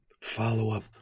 follow-up